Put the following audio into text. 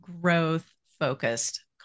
growth-focused